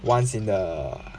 once in the